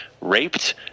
raped